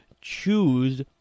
choose